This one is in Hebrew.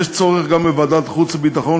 יש צורך גם בוועדת חוץ וביטחון,